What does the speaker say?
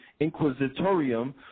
inquisitorium